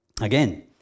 Again